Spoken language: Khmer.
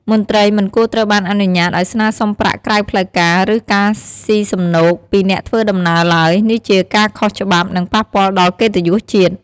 មន្ត្រីមិនគួរត្រូវបានអនុញ្ញាតឱ្យស្នើសុំប្រាក់ក្រៅផ្លូវការ ឬ ការស៊ីសំណូក ពីអ្នកធ្វើដំណើរឡើយ នេះជាការខុសច្បាប់ និងប៉ះពាល់ដល់កិត្តិយសជាតិ។